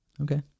okay